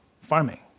farming